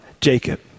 Jacob